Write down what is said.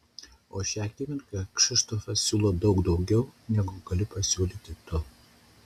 o šią akimirką kšištofas siūlo daug daugiau negu gali pasiūlyti tu